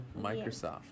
Microsoft